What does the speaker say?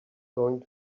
going